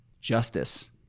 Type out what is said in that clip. Justice